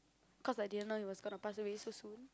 cause I didn't know he was gonna pass away so soon